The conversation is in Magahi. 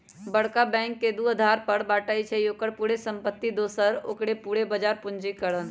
बरका बैंक के दू अधार पर बाटइ छइ, ओकर पूरे संपत्ति दोसर ओकर पूरे बजार पूंजीकरण